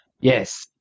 Yes